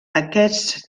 aquests